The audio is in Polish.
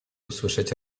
usłyszeć